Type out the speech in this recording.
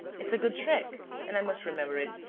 it's a good trick and i must remember it.